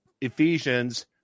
Ephesians